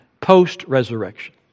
post-resurrection